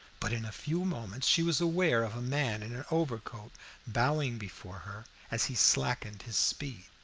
but in a few moments she was aware of a man in an overcoat bowing before her as he slackened his speed.